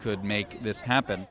could make this happen